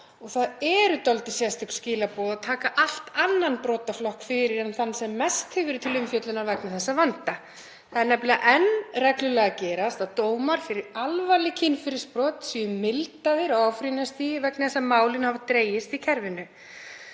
og það eru dálítið sérstök skilaboð að taka allt annan brotaflokk fyrir en þann sem mest hefur verið til umfjöllunar vegna þessa vanda. Það er nefnilega enn reglulega að gerast að dómar fyrir alvarleg kynferðisbrot séu mildaðir á áfrýjunarstigi vegna þess að málin hafa dregist í kerfinu.